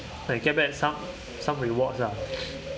and you get back some some rewards lah